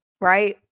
right